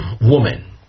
woman